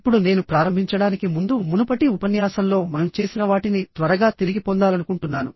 ఇప్పుడు నేను ప్రారంభించడానికి ముందు మునుపటి ఉపన్యాసంలో మనం చేసిన వాటిని త్వరగా తిరిగి పొందాలనుకుంటున్నాను